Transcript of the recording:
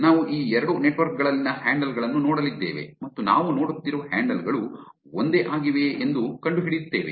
ನಾವು ಈ ಎರಡು ನೆಟ್ವರ್ಕ್ ಗಳಲ್ಲಿನ ಹ್ಯಾಂಡಲ್ ಗಳನ್ನು ನೋಡಲಿದ್ದೇವೆ ಮತ್ತು ನಾವು ನೋಡುತ್ತಿರುವ ಹ್ಯಾಂಡಲ್ ಗಳು ಒಂದೇ ಆಗಿವೆಯೇ ಎಂದು ಕಂಡುಹಿಡಿಯುತ್ತೇವೆ